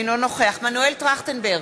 אינו נוכח מנואל טרכטנברג,